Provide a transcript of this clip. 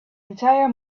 entire